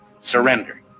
Surrender